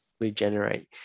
Regenerate